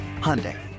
Hyundai